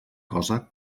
cosa